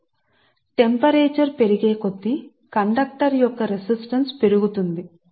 కాబట్టి ఉష్ణోగ్రత పెరుగుదల తో కండక్టర్ రెసిస్టెన్స్ పెరుగుతుంది